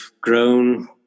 grown